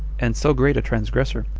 and so great a transgressor,